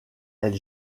elle